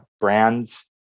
brands